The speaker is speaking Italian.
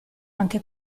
anche